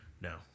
No